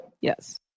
yes